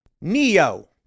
Neo